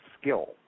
skill